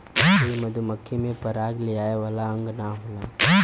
इ मधुमक्खी में पराग लियावे वाला अंग ना होला